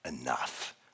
enough